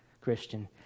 Christian